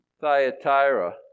Thyatira